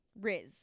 Riz